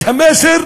את המסר.